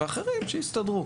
ואחרים שיסתדרו.